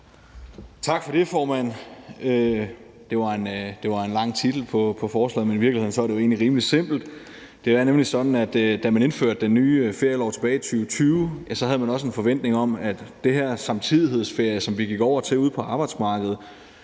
Tak for det, formand. Det var en lang titel på forslaget, men i virkeligheden er det jo egentlig rimelig simpelt. Det er nemlig sådan, at da man indførte den nye ferielov tilbage i 2020, havde man også en forventning om, at det her med samtidighedsferie, som vi gik over til ude på arbejdsmarkedet,